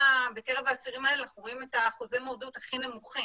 בקרב האסירים האלה רואים אחוזי מועדות הכי נמוכים.